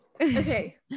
Okay